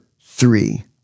three